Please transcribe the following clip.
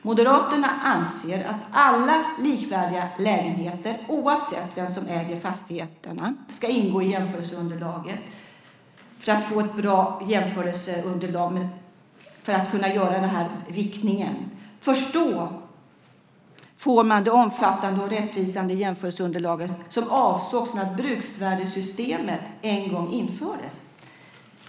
Moderaterna anser att alla likvärdiga lägenheter, oavsett vem som äger fastigheterna, ska ingå i jämförelseunderlaget för att få ett bra jämförelseunderlag för att kunna göra den här viktningen. Först då får man det omfattande och rättvisande jämförelseunderlag som avsågs när bruksvärdessystemet en gång infördes.